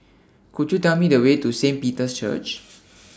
Could YOU Tell Me The Way to Saint Peter's Church